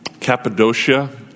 Cappadocia